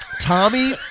Tommy